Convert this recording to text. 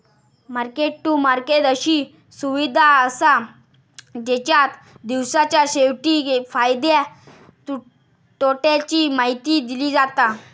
market to market अशी सुविधा असा जेच्यात दिवसाच्या शेवटी फायद्या तोट्याची माहिती दिली जाता